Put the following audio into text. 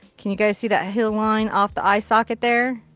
can you guys see that hill line off the eye socket there?